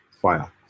fire